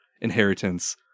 inheritance